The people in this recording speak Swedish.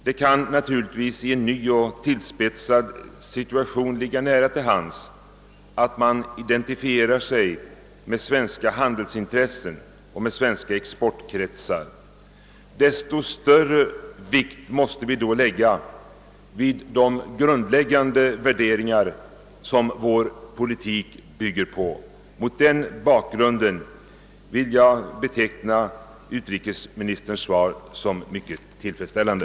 Det kan naturligtvis i en ny och till spetsad situation ligga nära till hands att beskickningstjänstemännen identifierar sig med svenska handelsintressen och svenska exportkretsar. Desto större vikt måste vi då lägga vid de grundläggande värderingar som vår politik bygger på. Mot denna bakgrund vill jag beteckna utrikesministerns svar som mycket tillfredsställande.